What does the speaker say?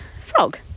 frog